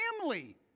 family